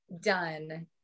done